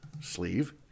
sleeve